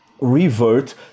revert